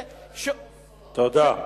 תודה.